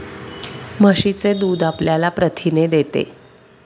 म्हशीचे दूध आपल्याला प्रथिने देते